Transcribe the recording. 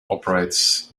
operates